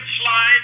slide